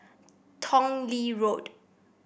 Tong Lee Road